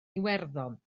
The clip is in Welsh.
iwerddon